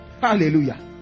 Hallelujah